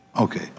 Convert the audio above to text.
Okay